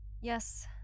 Yes